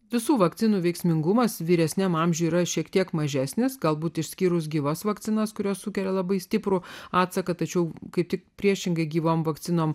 visų vakcinų veiksmingumas vyresniam amžiui yra šiek tiek mažesnis galbūt išskyrus gyvos vakcinos kurios sukelia labai stiprų atsaką tačiau kaip tik priešingai gyvom vakcinom